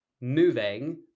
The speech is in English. moving